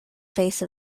face